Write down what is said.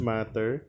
Matter